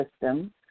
system